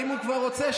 אם הוא כבר רוצה,